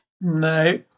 No